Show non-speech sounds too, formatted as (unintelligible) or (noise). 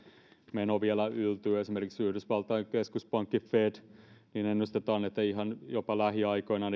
meno vielä yltyy esimerkiksi yhdysvaltain keskuspankki fedin taseen ennustetaan ihan jopa lähiaikoina (unintelligible)